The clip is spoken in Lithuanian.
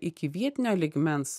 iki vietinio lygmens